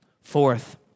Fourth